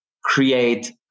create